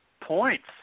points